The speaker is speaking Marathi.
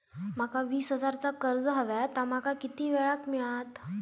माका वीस हजार चा कर्ज हव्या ता माका किती वेळा क मिळात?